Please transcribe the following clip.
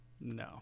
No